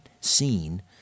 seen